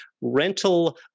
rental